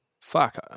Fuck